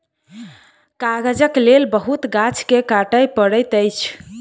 कागजक लेल बहुत गाछ के काटअ पड़ैत अछि